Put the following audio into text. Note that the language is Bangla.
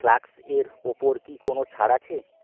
ফ্লাক্স এর ওপর কি কোনও ছাড় আছে